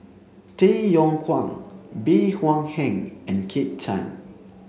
Tay Yong Kwang Bey Hua Heng and Kit Chan